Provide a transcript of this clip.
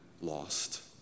lost